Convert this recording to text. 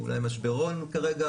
הוא אולי משברון כרגע,